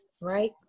right